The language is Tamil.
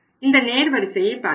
இந்த நேர் வரிசையை பார்க்கவும்